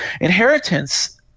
Inheritance